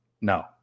No